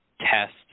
test